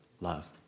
love